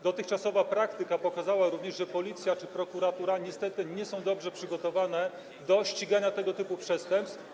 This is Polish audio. Dotychczasowa praktyka pokazała również, że Policja czy prokuratura niestety nie są dobrze przygotowane do ścigania tego typu przestępstw.